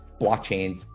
blockchains